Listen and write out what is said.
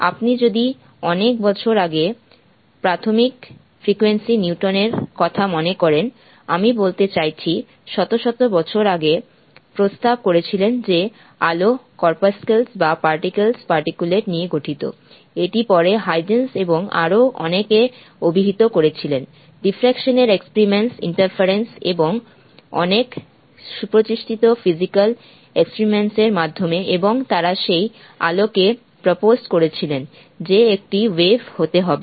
আপনি যদি অনেক বছর আগে প্রাথমিক ফিজিক্স নিউটন এর কথা মনে করেন আমি বলতে চাইছি শত শত বছর আগে প্রস্তাব করেছিলেন যে আলো কর্পাসকল বা পার্টিকেলস পার্টিকুলেট নিয়ে গঠিত এটি পরে হাইগেন Hygen's এবং আরও অনেকে বিতর্ক করেছিলেন ডিফ্রেকশন এর এক্সপেরিমেন্টস ইন্টারফেরেন্স এবং অনেক সুপ্রতিষ্ঠিত ফিজিক্যাল এক্সপেরিমেন্টস এর মাধ্যমে এবং তারা সেই আলো কে প্রপোসড করেছিলেন যে একটি ওয়েভ হতে হবে